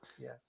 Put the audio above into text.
yes